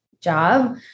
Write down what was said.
job